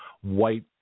white